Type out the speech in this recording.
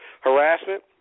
harassment